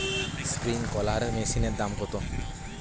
Sprinkler মেশিনের দাম কত?